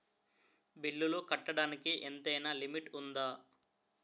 బిల్లులు కట్టడానికి ఎంతైనా లిమిట్ఉందా?